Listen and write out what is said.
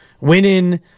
winning